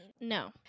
No